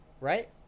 right